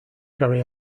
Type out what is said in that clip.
carry